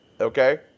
Okay